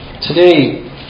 Today